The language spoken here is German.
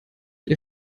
ihr